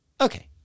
Okay